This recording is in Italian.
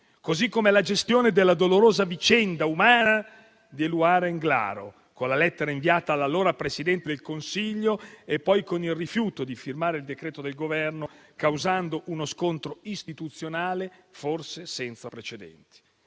o la gestione della dolorosa vicenda umana di Eluana Englaro, con la lettera inviata all'allora presidente del Consiglio e poi con il rifiuto di firmare il decreto del Governo, causando uno scontro istituzionale forse senza precedenti.